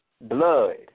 blood